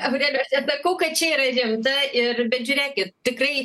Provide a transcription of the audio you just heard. aurelijau aš nesakau kad čia yra rimta ir bet žiūrėkit tikrai